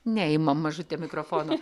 neimam mažute mikrofono